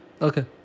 Okay